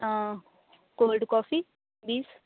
cold coffee ਬੀਸ